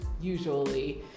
usually